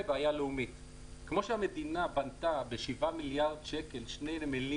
כמו שהמדינה בנתה בשבעה מיליארד שקל שני נמלים